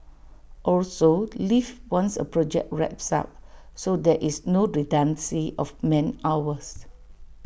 also leave once A project wraps up so there is no redundancy of man hours